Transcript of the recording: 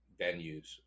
venues